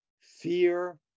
fear